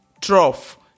trough